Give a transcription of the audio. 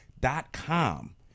dot-com